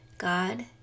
God